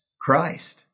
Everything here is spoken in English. Christ